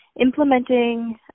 implementing